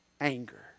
anger